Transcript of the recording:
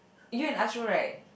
you and Ashrul right